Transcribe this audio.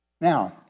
Now